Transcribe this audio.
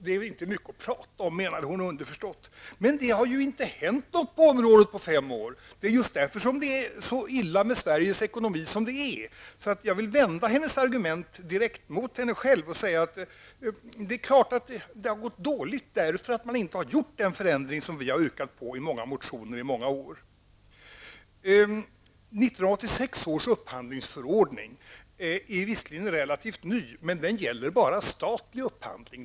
Det är inte mycket att prata om, menar hon underförstått. Men det har ju inte hänt något på området på fem år! Det är just därför som det är så illa med Sveriges ekonomi som det är. Så jag vill vända hennes argument direkt mot henne själv och säga: Det är klart att det har gått dåligt därför att man inte har gjort den förändring som vi har yrkat på i många motioner i många år. 1986 års upphandlingsförordning är visserligen relativt ny, men den gäller bara statlig upphandling.